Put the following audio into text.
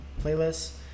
playlists